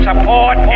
Support